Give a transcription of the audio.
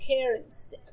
parents